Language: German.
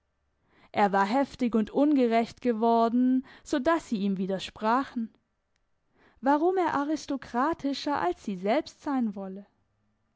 er war heftig und ungerecht geworden so dass sie ihm wiedersprachen warum er aristokratischer als sie selbst sein wolle